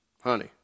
honey